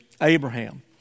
Abraham